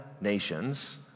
nations